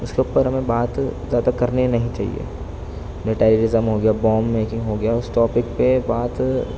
اس کے اوپر ہمیں بات زیادہ کرنی نہیں چاہیے ٹیررازم ہو گیا بومب میکنگ ہو گیا اس ٹاپک پہ بات